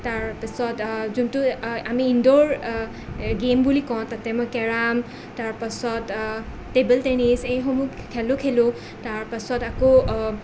তাৰ পিছত যোনটো আমি ইন্দৰ এই গেম বুলি কওঁ তাতে মই কেৰম তাৰ পাছত টেবল টেনিছ এইসমূহ খেলও খেলোঁ তাৰ পাছত আকৌ